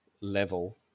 level